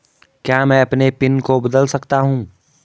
क्या मैं अपने पिन को बदल सकता हूँ?